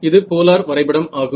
இது போலார் வரைபடம் ஆகும்